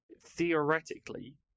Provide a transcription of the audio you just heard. theoretically